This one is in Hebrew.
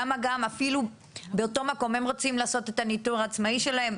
למה גם אפילו באותו מקום הם רוצים לעשות את הניטור העצמאי שלהם,